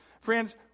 Friends